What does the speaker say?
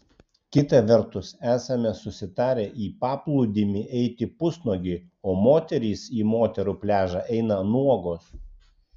kita vertus esame susitarę į paplūdimį eiti pusnuogiai o moterys į moterų pliažą eina nuogos